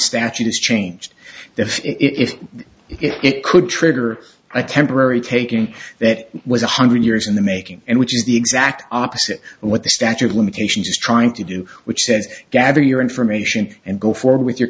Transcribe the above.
statute is changed if if if it could trigger a temporary taking that was one hundred years in the making and which is the exact opposite of what the statute of limitations is trying to do which is gather your information and go forward with your